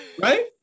Right